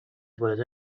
بالاتر